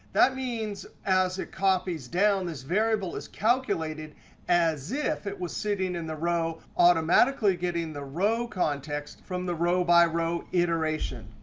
that means as it copies down, this variable is calculated as if it was sitting in the row, automatically getting the row context from the row-by-row iteration.